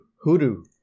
hoodoo